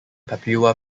papua